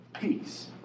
peace